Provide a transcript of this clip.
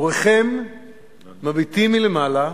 הוריכם מביטים מלמעלה,